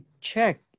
check